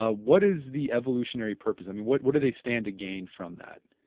ah what is the evolutionary purpose, i mean what what do they stand to gain from that?